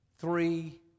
three